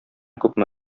күпме